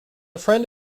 friend